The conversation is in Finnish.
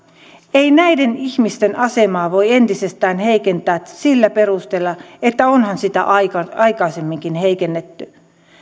ei näiden ihmisten asemaa voi entisestään heikentää sillä perusteella että onhan sitä aikaisemminkin heikennetty